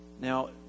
Now